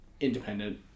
independent